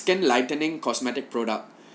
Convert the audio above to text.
skin lightening cosmetic product